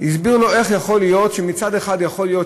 הוא הסביר לו איך יכול להיות שמצד אחד יכולות להיות